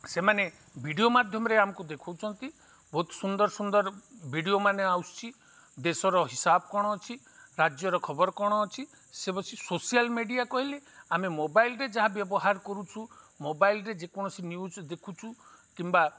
ସେମାନେ ଭିଡ଼ିଓ ମାଧ୍ୟମରେ ଆମକୁ ଦେଖଉଛନ୍ତି ବହୁତ ସୁନ୍ଦର ସୁନ୍ଦର ଭିଡ଼ିଓ ମାନେ ଆସୁଛି ଦେଶର ହିସାବ କ'ଣ ଅଛି ରାଜ୍ୟର ଖବର କ'ଣ ଅଛି ସେ ବସି ସୋସିଆଲ୍ ମିଡ଼ିଆ କହିଲେ ଆମେ ମୋବାଇଲ୍ରେ ଯାହା ବ୍ୟବହାର କରୁଛୁ ମୋବାଇଲ୍ରେ ଯେକୌଣସି ନ୍ୟୁଜ୍ ଦେଖୁଛୁ କିମ୍ବା